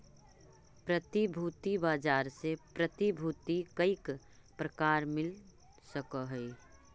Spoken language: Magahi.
प्रतिभूति बाजार से प्रतिभूति कईक प्रकार मिल सकऽ हई?